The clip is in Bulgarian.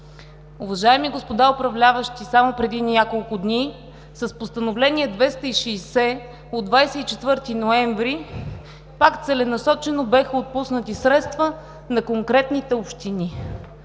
Уважаеми господа управляващи, само преди няколко дни с Постановление № 260 от 24 ноември пак целенасочено бяха отпуснати средства на конкретните общини